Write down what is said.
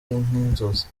nk’inzozi